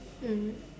mm